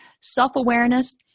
self-awareness